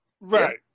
Right